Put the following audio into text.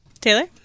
Taylor